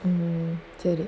um